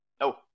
No